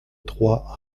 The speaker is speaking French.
trois